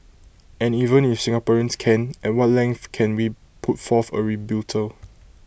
and even if Singaporeans can at what length can we put forth A rebuttal